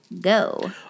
Go